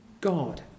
God